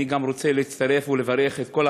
גם אני רוצה להצטרף ולברך את כל החיילות,